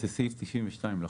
זה סעיף 92 לחוק.